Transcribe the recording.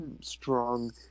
strong